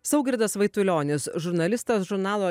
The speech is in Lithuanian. saugirdas vaitulionis žurnalistas žurnalo